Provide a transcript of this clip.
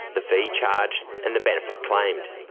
the fee charged and the benefit claimed.